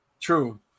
True